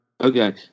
okay